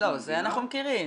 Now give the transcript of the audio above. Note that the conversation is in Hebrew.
זה אנחנו מכירים.